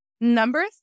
Number